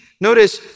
notice